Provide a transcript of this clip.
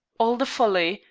all the folly,